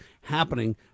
happening